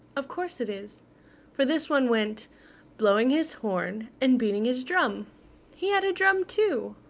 of course it is for this one went blowing his horn and beating his drum he had a drum too.